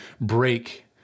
break